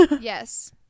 yes